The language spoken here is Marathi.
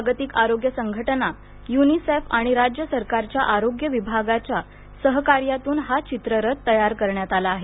जागतिक आरोग्य संघटना युनिसेफ आणि राज्य सरकारच्या आरोग्य विभागच्या सहकार्यातून हा चित्ररथ तयार करण्यात आला आहे